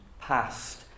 past